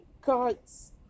cards